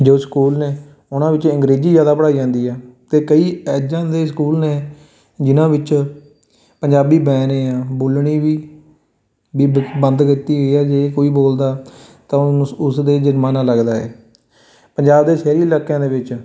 ਜੋ ਸਕੂਲ ਨੇ ਉਹਨਾਂ ਵਿੱਚ ਅੰਗਰੇਜ਼ੀ ਜ਼ਿਆਦਾ ਪੜ੍ਹਾਈ ਜਾਂਦੀ ਹੈ ਤੇ ਕਈ ਇੱਦਾਂ ਦੇ ਸਕੂਲ ਨੇ ਜਿਨ੍ਹਾਂ ਵਿੱਚ ਪੰਜਾਬੀ ਬੈਨ ਏ ਹੈ ਬੋਲਣੀ ਵੀ ਵੀ ਬੰਦ ਕੀਤੀ ਹੋਈ ਹੈ ਜੇ ਕੋਈ ਬੋਲਦਾ ਤਾਂ ਉਨਸ ਉਸ ਦੇ ਜੁਰਮਾਨਾ ਲੱਗਦਾ ਹੈ ਪੰਜਾਬ ਦੇ ਸ਼ਹਿਰੀ ਇਲਾਕਿਆਂ ਦੇ ਵਿੱਚ